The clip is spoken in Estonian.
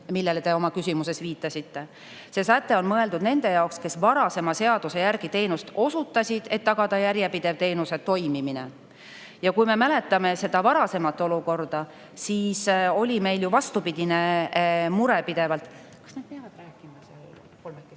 millele te oma küsimuses viitasite. See säte on mõeldud nende jaoks, kes varasema seaduse järgi teenust osutasid, et tagada järjepidev teenuse toimimine. Ja kui me mäletame seda varasemat olukorda, siis oli meil ju vastupidine mure pidevalt … Kas nad peavad rääkima seal kolmekesi